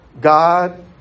God